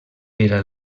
era